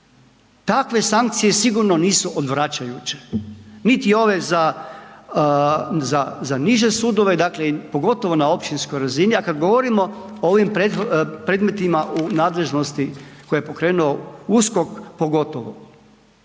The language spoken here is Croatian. Takve sankcije sigurno nisu odvraćajuće, niti ove za, za, za niže sudove, dakle pogotovo na općinskoj razini, a kad govorimo o ovim predmetima u nadležnosti koje je pokrenuo USKOK pogotovo